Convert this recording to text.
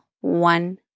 one